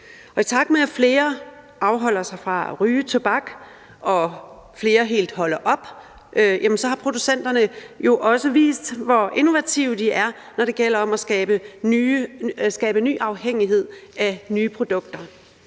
I takt med at flere afholder sig fra at ryge tobak og flere helt holder op, har producenterne jo også vist, hvor innovative de er, når det gælder om at skabe ny afhængighed af nye produkter.